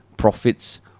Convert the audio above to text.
profits